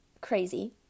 Crazy